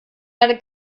eine